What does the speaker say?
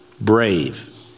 brave